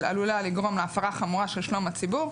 עלולה לגרום להפרה חמורה של שלום הציבור,